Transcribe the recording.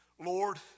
Lord